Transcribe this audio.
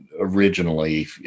originally